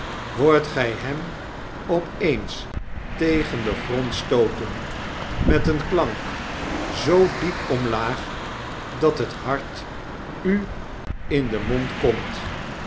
hoort gij hem op eens tegen den grond stooten met een klank zoo diep omlaag dat het hart u in den mond komt